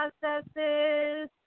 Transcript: processes